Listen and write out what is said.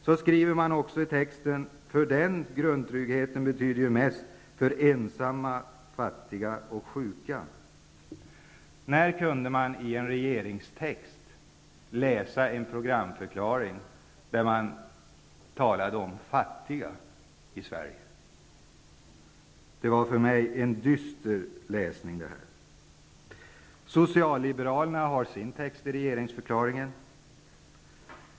Så skriver man också i texterna att den grundtryggheten betyder mest för ''de ensamma, fattiga och sjuka''. När kunde man senast i en regeringstext läsa en programförklaring där det talas om fattiga i Sverige? Detta var för mig en dyster läsning. Socialliberalerna har sin text i regeringsförklaringen.